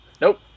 Nope